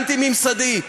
אנטי-ממסדי.